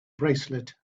bracelet